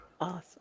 Awesome